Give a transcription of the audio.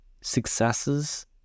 Successes